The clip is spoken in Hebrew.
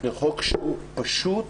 לחוק שהוא פשוט